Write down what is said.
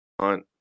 Hunt